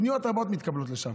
פניות רבות מתקבלות שם,